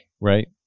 Right